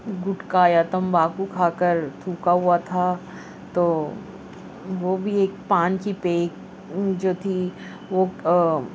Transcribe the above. گٹکا یا تمباکو کھا کر تھوکا ہوا تھا تو وہ بھی ایک پان کی پیک جو تھی وہ